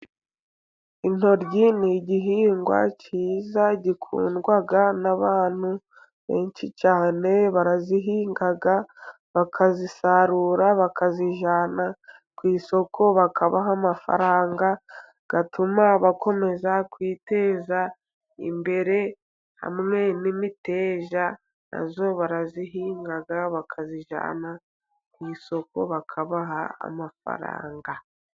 Intoryi ni igihingwa kiza gikundwa n'abantu benshi cyane. Barazihinga bakazisarura bakazijyana ku isoko, bakabaha amafaranga atuma bakomeza kwiteza imbere. Hamwe n'imiteja na yo barayihinga bakayijyana ku isoko bakabaha amafaranga.